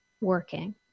working